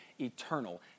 eternal